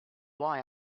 why